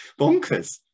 bonkers